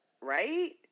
Right